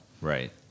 Right